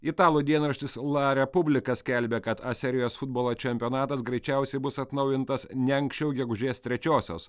italų dienraštis la republika skelbia kad a serijos futbolo čempionatas greičiausiai bus atnaujintas ne anksčiau gegužės trečiosios